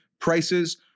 prices